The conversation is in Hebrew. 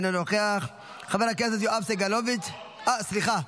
אינו נוכח, חבר הכנסת יואב סגלוביץ' אה, סליחה,